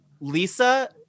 Lisa